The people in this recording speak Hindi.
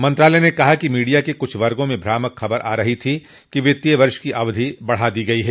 मंत्रालय ने कहा कि मीडिया के कुछ वर्गों में भ्रामक खबर आ रही थी कि वित्तीय वर्ष की अवधि बढ़ा दी गई है